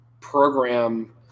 program –